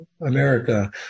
America